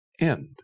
end